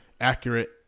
accurate